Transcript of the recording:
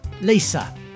Lisa